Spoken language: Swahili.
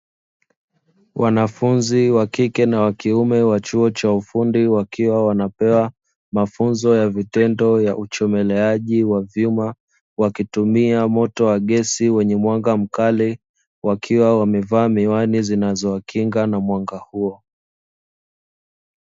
Wanafunzi wa kike na wa kiume wa chuo cha ufundi wakiwa wanapewa mafunzo ya vitendo ya uchomeleaji wa vyuma wakitumia moto wa gesi wenye mwanga mkali, wakiwa wamevaa miwani zinazowakinga na mwanga huo.